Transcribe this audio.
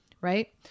right